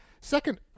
Second